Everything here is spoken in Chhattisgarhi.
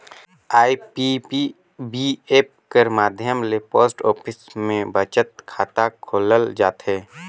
आई.पी.पी.बी ऐप कर माध्यम ले पोस्ट ऑफिस में बचत खाता खोलल जाथे